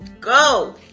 Go